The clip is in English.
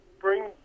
bring